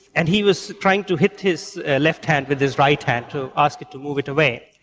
and he was trying to hit his left hand with his right hand to ask it to move it away.